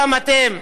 גם אתם,